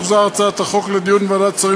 תוחזר הצעת החוק לדיון בוועדת השרים